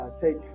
take